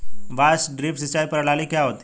बांस ड्रिप सिंचाई प्रणाली क्या होती है?